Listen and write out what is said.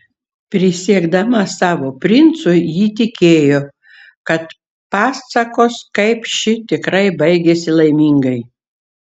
prisiekdama savo princui ji tikėjo kad pasakos kaip ši tikrai baigiasi laimingai